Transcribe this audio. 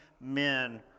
men